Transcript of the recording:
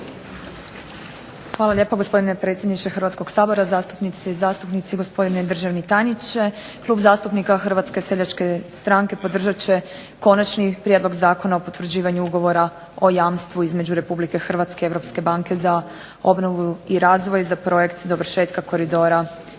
Hvala lijepa gospodine predsjedniče Hrvatskog sabora, zastupnice i zastupnici, gospodine državni tajniče. Klub zastupnika HSS-a podržat će Konačni prijedlog Zakona o potvrđivanju ugovora o jamstvu između RH i Europske banke za obnovu i razvoj za projekt dovršetka koridora